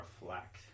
reflect